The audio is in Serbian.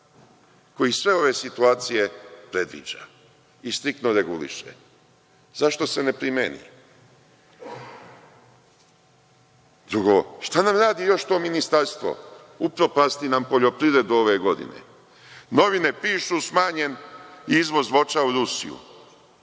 koji sve ove situacije predviđa i striktno reguliše. Zašto se ne primeni? Drugo, šta nam radi još to Ministarstvo? Upropasti nam poljoprivredu ove godine. Novine pišu – smanjen izvoz voća u Rusiju.